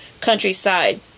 countryside